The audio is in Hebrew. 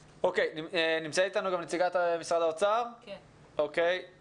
נמצאת איתנו נציגת משרד האוצר, אורלי,